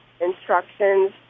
instructions